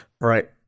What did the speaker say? Right